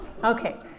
Okay